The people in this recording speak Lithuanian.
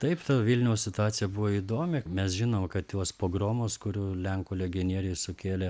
taip ta vilniaus situacija buvo įdomi mes žinom kad tuos pogromus kurių lenkų legionieriai sukėlė